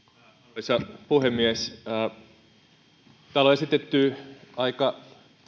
arvoisa puhemies täällä on esitetty aika